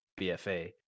BFA